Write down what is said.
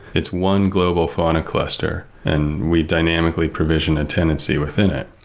it's one global fauna cluster, and we dynamically provision a tenancy within it.